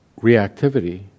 reactivity